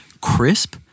crisp